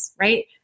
right